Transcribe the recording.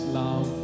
love